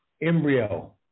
Embryo